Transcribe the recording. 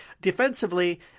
defensively